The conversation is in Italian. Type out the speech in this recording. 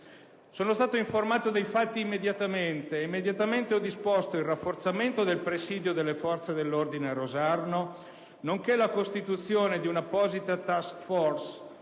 Sono stato informato dei fatti immediatamente, e immediatamente ho disposto il rafforzamento del presidio delle forze dell'ordine a Rosarno, nonché la costituzione di un'apposita *task* *force*,